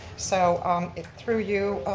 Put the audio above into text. so if through you,